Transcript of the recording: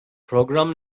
program